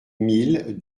mille